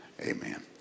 Amen